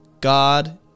God